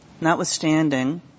notwithstanding